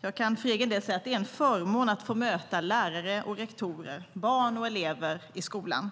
Jag kan för egen del säga att det är en förmån att få möta lärare och rektorer, barn och elever i skolan.